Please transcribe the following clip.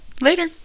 later